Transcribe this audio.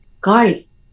guys